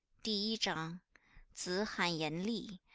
di yi zhang zi han yan, li,